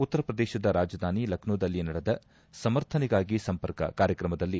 ಉತ್ತರ ಪ್ರದೇಶದ ರಾಜಧಾನಿ ಲಕ್ಷೋದಲ್ಲಿ ನಡೆದ ಸಮರ್ಥನೆಗಾಗಿ ಸಂಪರ್ಕ ಕಾರ್ಯಕ್ರಮದಲ್ಲಿ